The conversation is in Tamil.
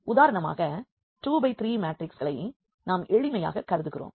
உதாரணமாக 2 பை 3 மேட்ரிக்ஸ்களை நாம் எளிமைக்காக கருதுகிறோம்